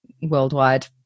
worldwide